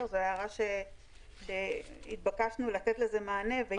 זו הערה שהתבקשנו לתת לה מענה, ויש לזה מענה.